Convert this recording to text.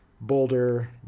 boulder